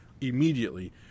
immediately